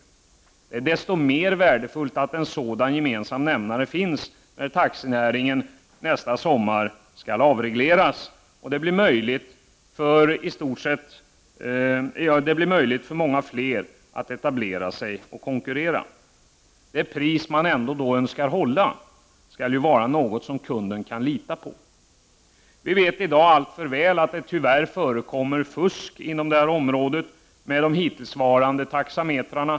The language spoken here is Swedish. Det är desto mer värdefullt att en sådan gemensam nämnare finns när taxinäringen nästa sommar skall avregleras. Då blir det möjligt för många fler att etablera sig och konkurrera. Det pris som man får betala för detta är en ordning som kunden kan lita på. Vi vet alltför väl att det i dag tyvärr förekommer fusk inom det här området med de hittillsvarande taxametrarna.